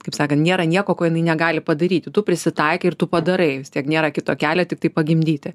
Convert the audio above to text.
kaip sakant nėra nieko ko jinai negali padaryti tu prisitaikai ir tu padarai vis tiek nėra kito kelio tiktai pagimdyti